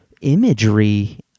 imagery